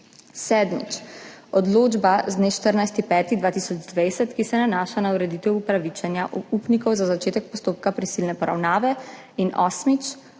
Sedmič, odločba z dne 14. 5. 2020, ki se nanaša na ureditev upravičenja upnikov za začetek postopka prisilne poravnave. In osmič,